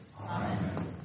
Amen